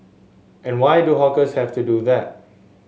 and why do hawkers have to do that